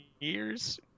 years